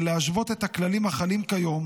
ולהשוות את הכללים החלים כיום